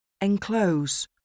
Enclose